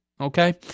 okay